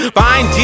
find